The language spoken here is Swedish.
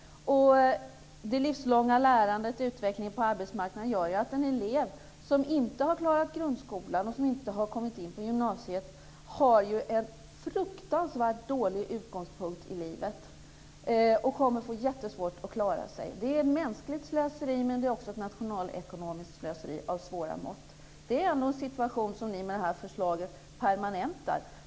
Det livslånga lärandet och utvecklingen på arbetsmarknaden gör att en elev som inte har klarat grundskolan och inte har kommit in på gymnasiet har en fruktansvärt dålig utgångspunkt i livet och kommer att få jättesvårt att klara sig. Det är ett mänskligt slöseri, men det är också ett nationalekonomiskt slöseri av stora mått. Det är ändå en situation som ni med detta förslag permanentar.